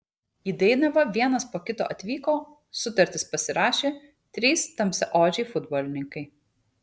į dainavą vienas po kito atvyko sutartis pasirašė trys tamsiaodžiai futbolininkai